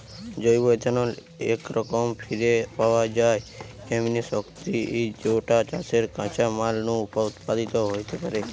জৈব ইথানল একরকম ফিরে পাওয়া যায় এমনি শক্তি যৌটা চাষের কাঁচামাল নু উৎপাদিত হেইতে পারে